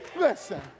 Listen